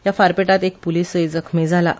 हया फारपेटांत एक प्लीसय जखमी जालां